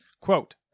Quote